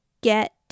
get